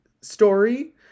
story